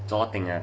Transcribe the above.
zuo deng ah